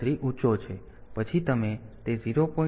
3 ઊંચો છે અને પછી તમે તે 0